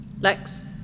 Lex